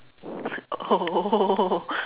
oh